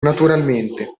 naturalmente